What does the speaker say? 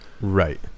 right